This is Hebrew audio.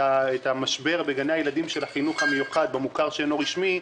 המשבר בגני הילדים של החינוך המיוחד במוכר שאינו רשמי,